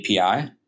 API